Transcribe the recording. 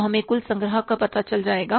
तो हमें कुल संग्रह का पता चल जाएगा